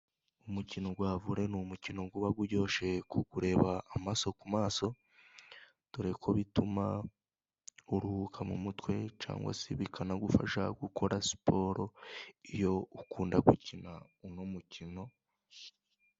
Umukino wa vole ni umukino ngo uba uryoshe ku wureba amaso ku maso dore ko bituma uruhuka mu mutwe cyangwa se bikanagufasha gukora siporo, iyo ukunda gukina uno mukino.